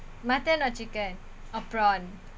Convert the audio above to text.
mutton or chicken or prawn